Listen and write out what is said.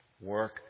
work